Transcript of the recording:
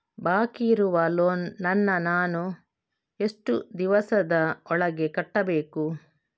ಬಾಕಿ ಇರುವ ಲೋನ್ ನನ್ನ ನಾನು ಎಷ್ಟು ದಿವಸದ ಒಳಗೆ ಕಟ್ಟಬೇಕು?